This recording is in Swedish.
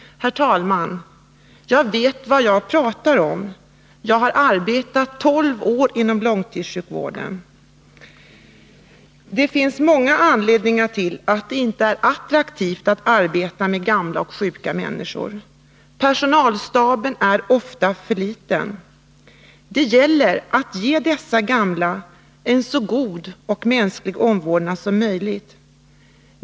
Herr talman! Jag vet vad jag pratar om. Jag har arbetat 12 år inom långtidssjukvården. Det finns många anledningar till att det inte är attraktivt att arbeta med gamla och sjuka människor. Personalstaben är oftast för liten. Det gäller att ge dessa gamla en så god och mänsklig omvårdnad som möjligt.